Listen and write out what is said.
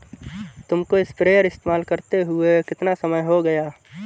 तुमको स्प्रेयर इस्तेमाल करते हुआ कितना समय हो गया है?